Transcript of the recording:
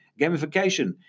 gamification